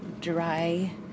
dry